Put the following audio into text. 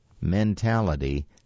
mentality